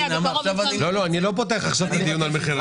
לא, אני לא פותח עכשיו את הדיון על מחיר למשתכן.